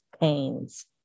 pains